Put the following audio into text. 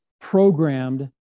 programmed